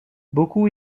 beaucoup